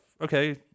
okay